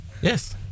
Yes